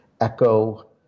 echo